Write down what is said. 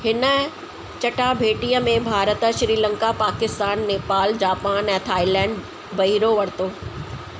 हिन चटाभेटीअ में भारत श्रीलंका पाकिस्तान नेपाल जापान ऐं थाईलैंड बहिरो वरितो